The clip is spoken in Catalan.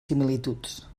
similituds